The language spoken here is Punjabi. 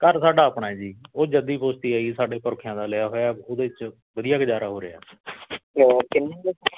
ਘਰ ਸਾਡਾ ਆਪਣਾ ਜੀ ਉਹ ਜੱਦੀ ਪੁਸ਼ਤੀ ਹੈ ਜੀ ਸਾਡੇ ਪੁਰਖਿਆਂ ਦਾ ਲਿਆ ਹੋਇਆ ਉਹਦੇ 'ਚ ਵਧੀਆ ਗੁਜ਼ਾਰਾ ਹੋ ਰਿਹਾ